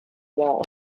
war